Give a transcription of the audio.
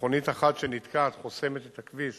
שמכונית אחת שנתקעת חוסמת את הכביש